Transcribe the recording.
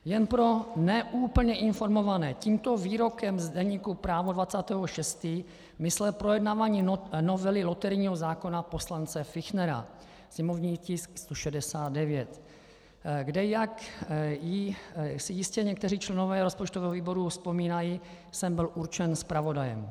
Jen pro ne úplně informované, tímto výrokem z deníku Právo z 20. 6. myslel projednávání novely loterijního zákona poslance Fichtnera, sněmovní tisk 169, kde, jak si jistě někteří členové rozpočtového výboru vzpomínají, jsem byl určen zpravodajem.